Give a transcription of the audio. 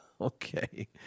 Okay